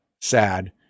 sad